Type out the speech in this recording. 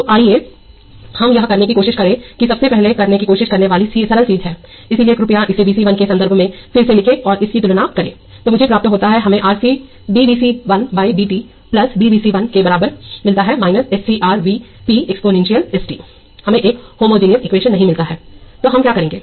तो आइए हम यह करने की कोशिश करें कि सबसे पहले करने की कोशिश करने वाली सरल चीज है इसलिए कृपया इसे Vc1 के संदर्भ में फिर से लिखें और इसकी तुलना करें जो मुझे प्राप्त होता है हमें R C d V c 1 by d t V c 1 के बराबर मिलता है S C R V p exponential s t हमें एक होमोजेनियस एक्वेशन नहीं मिलता है तो हम क्या करेंगे